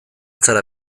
zara